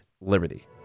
Liberty